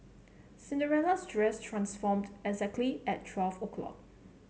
cinderella's dress transformed exactly at twelve o' clock